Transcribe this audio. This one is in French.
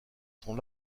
sont